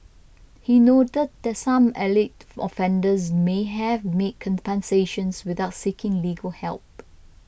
he noted that some alleged offenders may have made compensations without seeking legal help